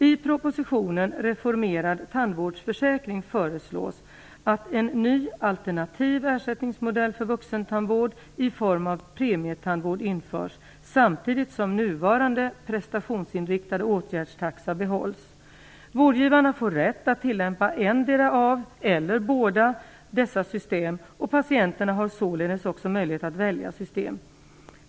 I propositionen Reformerad tandvårdsförsäkring föreslås att en ny alternativ ersättningsmodell för vuxentandvård i form av premietandvård införs samtidigt som nuvarande prestationsinriktade åtgärdstaxa behålls. Vårdgivarna får rätt att tillämpa endera av eller båda dessa system, och patienterna har således också möjlighet att välja system.